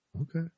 Okay